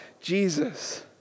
Jesus